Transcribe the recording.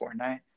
Fortnite